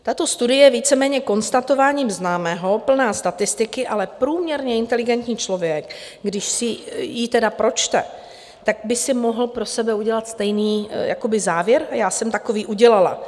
Tato studie je víceméně konstatováním známého, plná statistiky, ale průměrně inteligentní člověk, když si ji tedy pročte, tak by si mohl pro sebe udělat stejný závěr a já jsem takový udělala.